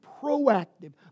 proactive